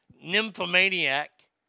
nymphomaniac